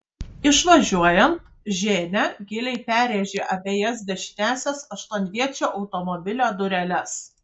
išvažiuojant ženia giliai perrėžė abejas dešiniąsias aštuonviečio automobilio dureles